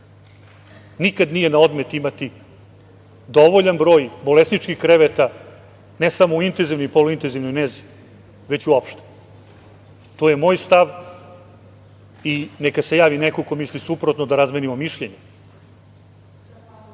Nikad nije na odmet imati dovoljan broj bolesničkih kreveta, ne samo u intenzivnoj i poluintenzivnoj nezi, već uopšte. To je moj stav i neka se javi neko ko misli suprotno da razmenimo mišljenja. Ono